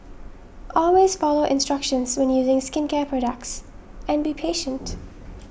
always follow instructions when using skincare products and be patient